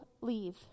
leave